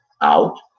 out